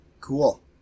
Cool